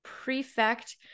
Prefect